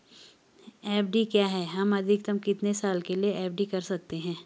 FD क्या है हम अधिकतम कितने साल के लिए एफ.डी कर सकते हैं?